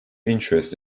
interest